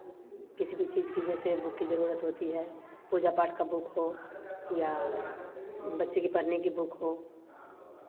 किसी भी चीज़ की जैसे बुक की ज़रूरत होती है पूजा पाठ का बुक हो या बच्चे कि पढ़ने की बुक हो